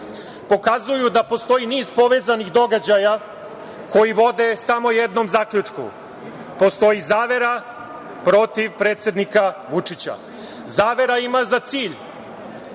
pokazuju da postoji niz povezanih događaja koji vode samo jednom zaključku – postoji zavera protiv predsednika Vučića. Zavera ima za cilj